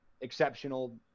exceptional